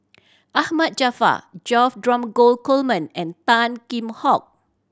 Ahmad Jaafar George Dromgold Coleman and Tan Kheam Hock